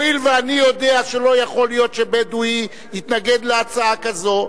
הואיל ואני יודע שלא יכול להיות שבדואי יתנגד להצעה כזו,